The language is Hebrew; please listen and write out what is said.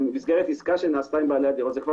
במסגרת עסקה שנעשתה עם בעלי הדירות זה לא